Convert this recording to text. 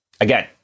Again